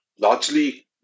largely